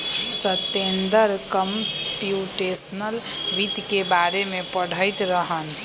Satender computational वित्त के बारे में पढ़ईत रहन